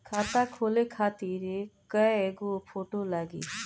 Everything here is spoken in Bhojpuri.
खाता खोले खातिर कय गो फोटो लागी?